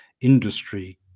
industry